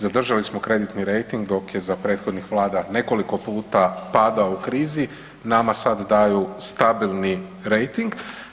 Zadržali smo kreditni rejting dok je za prethodnih vlada nekoliko puta padao u krizi, nama sad daju stabilni rejting.